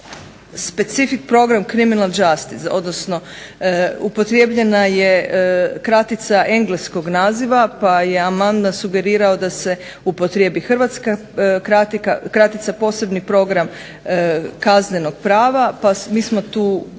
Specific program criminal justice, odnosno upotrijebljena je kratica engleskog naziva pa je amandman sugerirao da se upotrijebi hrvatska kratica – posebni program kaznenog prava. Pa mi smo tu taj